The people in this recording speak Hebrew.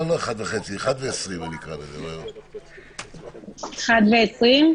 לא, 13:20. 13:20?